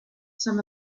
some